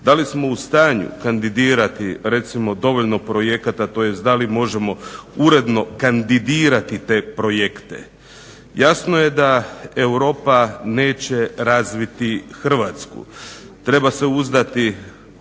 Da li smo u stanju kandidirati recimo dovoljno projekata tj. da li možemo uredno kandidirati te projekte? Jasno je da Europa neće razviti Hrvatsku. treba se uzdati